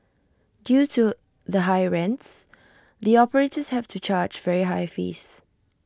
due to the high rents the operators have to charge very high fees